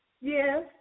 Yes